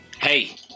Hey